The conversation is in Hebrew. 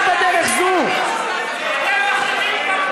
רק בדרך זו, אתם מחליטים כמו כנופיה.